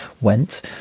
went